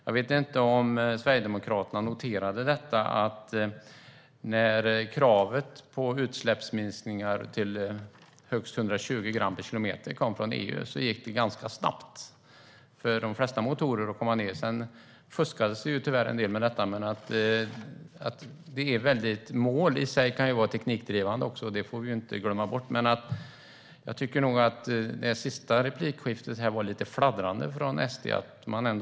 Jag vet inte om Sverigedemokraterna noterade att när kravet på utsläppsminskningar till högst 120 gram per kilometer kom från EU gick det ganska snabbt att få ned de flesta motorer till det. Tyvärr fuskades det en del med detta, men ett mål i sig kan ju vara teknikdrivande också. Det får vi inte glömma bort. Jag tycker nog att det sista replikskiftet var lite fladdrande från Sverigedemokraterna.